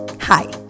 Hi